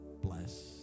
Bless